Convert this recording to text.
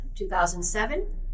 2007